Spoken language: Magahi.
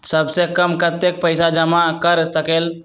सबसे कम कतेक पैसा जमा कर सकेल?